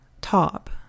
top